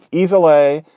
easily.